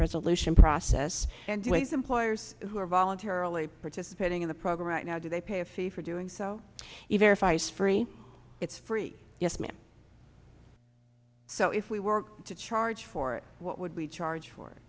resolution process and the ways employers who are voluntarily participating in the program right now do they pay a fee for doing so even if ice free it's free yes ma'am so if we were to charge for it what would we charge for